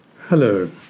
Hello